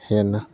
ꯍꯦꯟꯅ